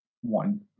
One